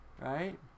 right